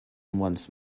once